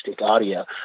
audio